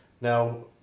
Now